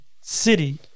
city